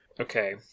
Okay